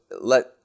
let